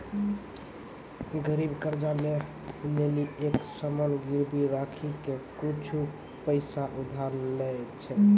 गरीब कर्जा ले लेली एक सामान गिरबी राखी के कुछु पैसा उधार लै छै